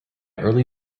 early